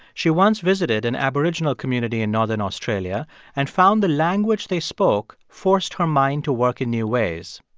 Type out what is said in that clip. she once visited an aboriginal community in northern australia and found the language they spoke forced her mind to work in new ways.